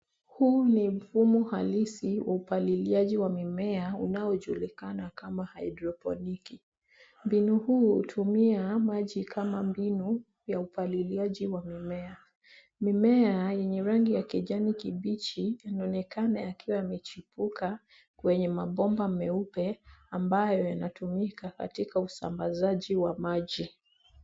Huu ni mfumo halisi wa upaliliaji wa mimea unaojulikana kama haidroponiki . Mbinu huu hutumia maji kama mbinu ya upaliliaji wa mimea. Mimea yenye rangi ya kijani kibichi, inaonekana yakiwa yamechipuka, kwenye mabomba meupe, ambayo yanatumika katika usambazaji wa maji.